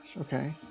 okay